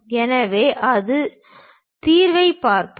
எனவே அந்த தீர்வைப் பார்ப்போம்